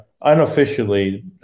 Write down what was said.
unofficially